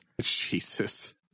Jesus